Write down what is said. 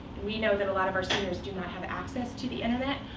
we know that a lot of our seniors do not have access to the internet,